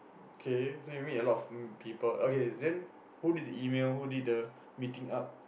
okay so you meet a lot of mm people okay then who did the email who did the meeting up